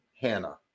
hannah